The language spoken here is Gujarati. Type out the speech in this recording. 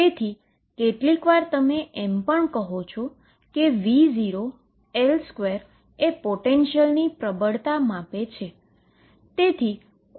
તેથી કેટલીકવાર તમે એમ પણ કહો છો કે V0L2 એ પોટેંશિયલની પ્રબળતા માપે છે